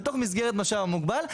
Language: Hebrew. בתוך מסגרת המשאב המוגבל,